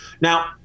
Now